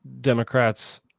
Democrats